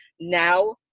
now